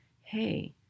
hey